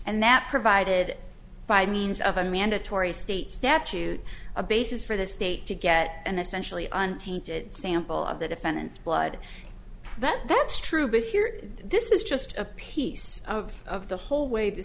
and that provided by means of a mandatory state statute a basis for the state to get an essentially on tainted sample of the defendant's blood that's true but here this is just a piece of the whole way t